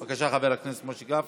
בבקשה, חבר הכנסת משה גפני,